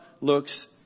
looks